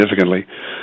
significantly